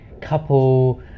couple